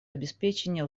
обеспечения